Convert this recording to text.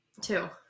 Two